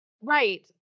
right